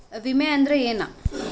ವಿಮೆ ಅಂದ್ರೆ ಏನ?